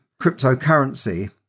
cryptocurrency